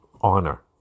honor